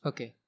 Okay